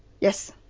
Yes